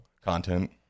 content